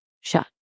shut